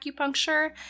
acupuncture